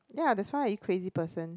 ya that's why are you crazy person